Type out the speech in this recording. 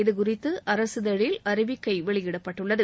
இதுகுறித்து அரசிதழில் அறிவிக்கை வெளியிடப்பட்டுள்ளது